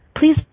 Please